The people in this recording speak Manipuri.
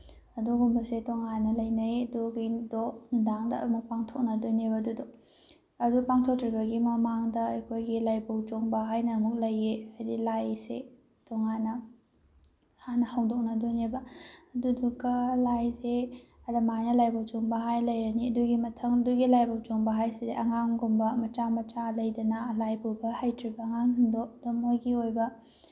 ꯑꯗꯨꯒꯨꯝꯕꯁꯦ ꯇꯣꯉꯥꯟꯅ ꯂꯩꯅꯩ ꯑꯗꯨꯒꯤꯗꯣ ꯅꯨꯡꯗꯥꯡꯗ ꯑꯃꯨꯛ ꯄꯥꯡꯊꯣꯛꯅꯗꯣꯏꯅꯦꯕ ꯑꯗꯨꯗꯣ ꯑꯗꯨ ꯄꯥꯡꯊꯣꯛꯇ꯭ꯔꯤꯕꯒꯤ ꯃꯃꯥꯡꯗ ꯑꯩꯈꯣꯏꯒꯤ ꯂꯥꯏꯕꯧ ꯆꯣꯡꯕ ꯍꯥꯏꯅ ꯑꯃꯨꯛ ꯂꯩꯌꯦ ꯍꯥꯏꯗꯤ ꯂꯥꯏꯁꯦ ꯇꯣꯉꯥꯟꯅ ꯍꯥꯟꯅ ꯍꯧꯗꯣꯛꯅꯗꯣꯏꯅꯦꯕ ꯑꯗꯨꯗꯨꯒ ꯂꯥꯏꯁꯦ ꯑꯗꯨꯃꯥꯏꯅ ꯂꯥꯏꯕꯧ ꯆꯣꯡꯕ ꯍꯥꯏꯅ ꯂꯩꯔꯅꯤ ꯑꯗꯨꯒꯤ ꯃꯊꯪ ꯑꯗꯨꯒꯤ ꯂꯥꯏꯕꯧ ꯆꯣꯡꯕ ꯍꯥꯏꯁꯤꯗꯤ ꯑꯉꯥꯡꯒꯨꯝꯕ ꯃꯆꯥ ꯃꯆꯥ ꯂꯩꯗꯅ ꯂꯥꯏ ꯄꯨꯕ ꯍꯩꯇ꯭ꯔꯤꯕ ꯑꯉꯥꯡꯁꯤꯡꯗꯣ ꯑꯗꯨꯝ ꯃꯣꯏꯒꯤ ꯑꯣꯏꯕ